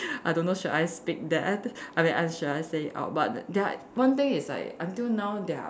I don't know should I speak that I mean I should I say it out but their one thing is like until now their